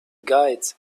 guides